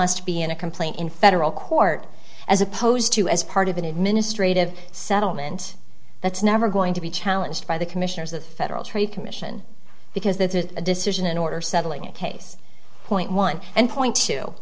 must be in a complaint in federal court as opposed to as part of an administrative settlement that's never going to be challenged by the commissioners the federal trade commission because that is a decision in order settling a case point one and point t